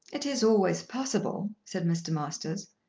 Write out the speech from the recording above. it is always possible, said mr. masters.